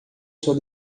sua